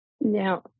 Now